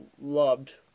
loved